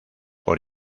por